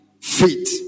feet